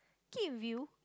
keep view